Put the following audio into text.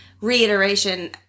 reiteration